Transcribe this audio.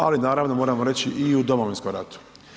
Ali naravno moramo reći i u Domovinskom ratu.